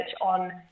on